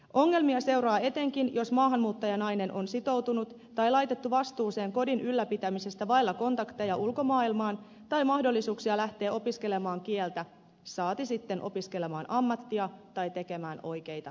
ongelmia seuraa etenkin jos maahanmuuttajanainen on sitoutunut tai laitettu vastuuseen kodin ylläpitämisestä vailla kontakteja ulkomaailmaan tai mahdollisuuksia lähteä opiskelemaan kieltä saati sitten opiskelemaan ammattia tai tekemään oikeita töitä